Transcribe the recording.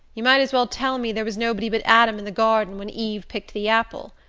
you might as well tell me there was nobody but adam in the garden when eve picked the apple.